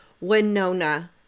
Winona